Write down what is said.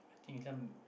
I think this one